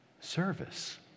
service